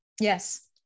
yes